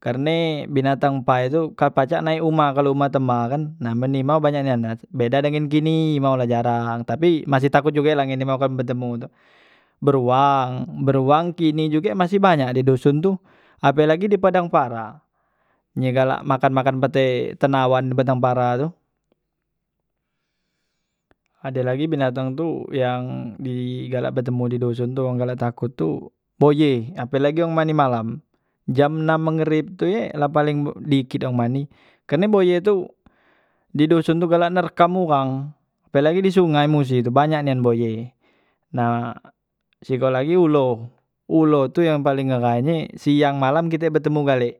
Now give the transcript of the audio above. Karne binantang pai tu kalu pacak naik humah kalo humah tema kan, nah men imau banyak nian beda dengan kini imau la jarang, tapi masih takut juge la ngan imau men betemu tu, beruang beruang kini juge masih banyak di doson tu apelagi di padang para, ye galak makan- makan pete tenawan di batang para tu, adelagi binatang tu yang di galak betemu di doson tu wong galak takut tu boye, apelagi wong mandi malam jam enam mengerit tu be la paling dikit wang mandi, karne boye tu di doson tu galak nerkam uwang pelagi di sungai musi tu banyak nian boye, nah sikok lagi ulo, ulo tu yang paling ngeghai nye siang malam kite betemu gale